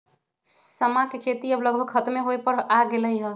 समा के खेती अब लगभग खतमे होय पर आ गेलइ ह